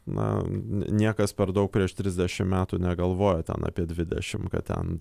na niekas per daug prieš trisdešim metų negalvojo ten apie dvidešim kad ten